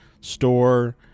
store